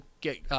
get –